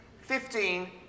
fifteen